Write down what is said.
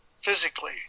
physically